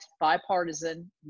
bipartisan